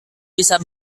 bisa